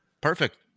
Perfect